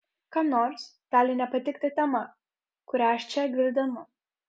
kam nors gali nepatikti tema kurią aš čia gvildenu